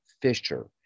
Fisher